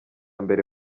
mbere